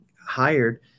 hired